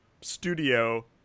studio